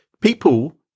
people